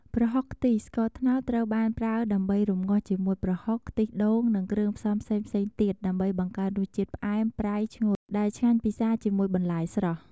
ប្រហុកខ្ទិះ ស្ករត្នោតត្រូវបានប្រើដើម្បីរំងាស់ជាមួយប្រហុក ខ្ទិះដូង និងគ្រឿងផ្សំផ្សេងៗទៀត ដើម្បីបង្កើតរសជាតិផ្អែម ប្រៃ ឈ្ងុយ ដែលឆ្ងាញ់ពិសាជាមួយបន្លែស្រស់។